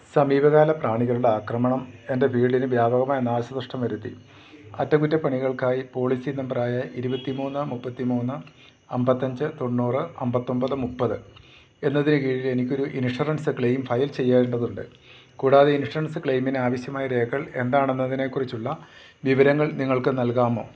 സമീപകാല പ്രാണികളുടെ ആക്രമണം എൻ്റെ വീടിനു വ്യാപകമായ നാശനഷ്ടം വരുത്തി അറ്റകുറ്റപ്പണികൾക്കായി പോളിസി നമ്പറായ ഇരുപത്തി മൂന്ന് മുപ്പത്തി മൂന്ന് അന്പത്തിയഞ്ച് തൊണ്ണൂറ് അന്പത്തിയൊന്പത് മുപ്പത് എന്നതിനു കീഴിൽ എനിക്കൊരു ഇൻഷുറൻസ് ക്ലെയിം ഫയൽ ചെയ്യേണ്ടതുണ്ട് കൂടാതെ ഇൻഷുറൻസ് ക്ലെയിമിന് ആവശ്യമായ രേഖകൾ എന്താണെന്നതിനെക്കുറിച്ചുള്ള വിവരങ്ങൾ നിങ്ങൾക്ക് നൽകാമോ